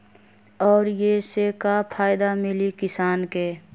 और ये से का फायदा मिली किसान के?